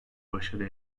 başarı